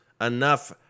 enough